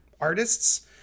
artists